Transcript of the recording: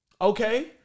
Okay